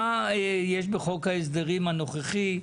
מה יש בחוק ההסדרים הנוכחי,